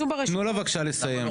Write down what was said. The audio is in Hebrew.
אני אומר שוב: רשמתי את ההערות שלכם.